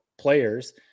players